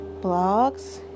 blogs